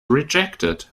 rejected